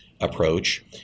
approach